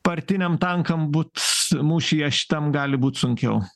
partiniam tankam but mūšyje šitam gali būt sunkiau